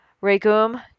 Regum